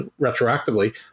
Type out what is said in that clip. retroactively